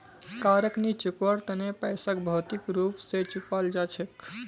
कारक नी चुकवार तना पैसाक भौतिक रूप स चुपाल जा छेक